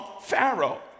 Pharaoh